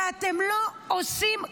ואתם לא עושים כלום.